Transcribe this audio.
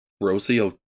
Rosie